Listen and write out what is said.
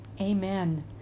Amen